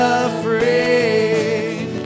afraid